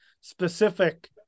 specific